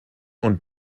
und